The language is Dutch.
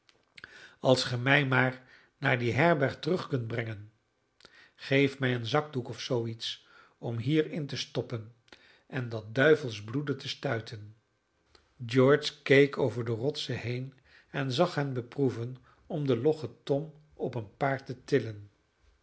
als ge mij maar naar die herberg terug kunt brengen geeft mij een zakdoek of zoo iets om hier in te stoppen en dat duivelsch bloeden te stuiten george keek over de rotsen heen en zag hen beproeven om den loggen tom op een paard te tillen